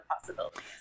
possibilities